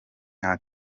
nta